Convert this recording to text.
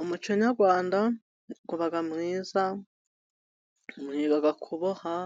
Umuco nyarwanda uba mwiza, kuboha